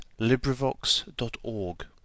LibriVox.org